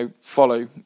follow